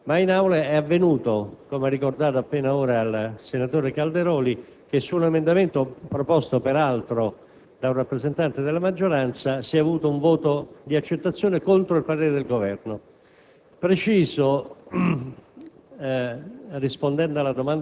Con questa intenzione si è entrati in Aula, dove però è avvenuto, come ha ricordato ora il senatore Calderoli, che su un emendamento, proposto peraltro da un rappresentante della maggioranza, si sia dato luogo ad un voto di accettazione contro il parere del Governo.